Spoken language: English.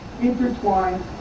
intertwined